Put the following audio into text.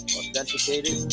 authenticated